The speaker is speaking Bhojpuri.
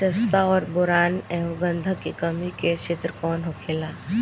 जस्ता और बोरान एंव गंधक के कमी के क्षेत्र कौन होखेला?